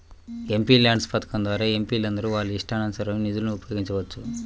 MPLADS పథకం ద్వారా ఎంపీలందరూ వాళ్ళ ఇష్టానుసారం నిధులను ఉపయోగించుకోవచ్చు